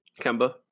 Kemba